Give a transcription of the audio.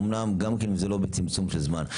אמנם גם כן אם זה לא בצמצום של זמן.